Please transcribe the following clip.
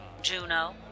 Juno